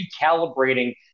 recalibrating